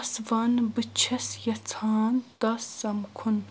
تَس ون بہٕ چھس یژھان تَس سمکُھن